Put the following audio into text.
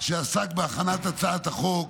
שעסק בהכנת הצעת החוק.